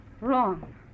wrong